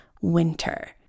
winter